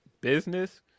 business